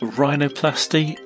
rhinoplasty